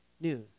news